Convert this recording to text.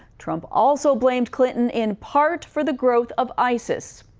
trump also blamed clinton, in part, for the growth of isis.